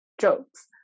jokes